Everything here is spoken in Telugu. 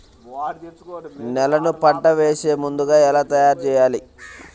నేలను పంట వేసే ముందుగా ఎలా తయారుచేయాలి?